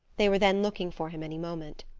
they were then looking for him any moment.